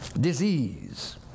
disease